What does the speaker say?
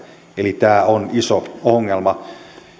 eli tämä on iso ongelma en